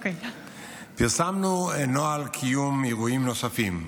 פרסמנו נוהל קיום אירועים נוספים.